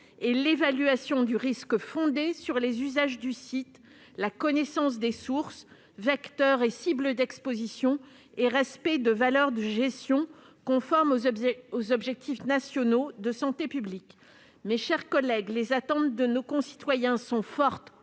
que l'évaluation du risque fondée sur les usages du site ; la connaissance des sources, vecteurs et cibles d'exposition, et le respect de valeurs de gestion conformes aux objectifs nationaux de santé publique. Mes chers collègues, les attentes de nos concitoyens sont fortes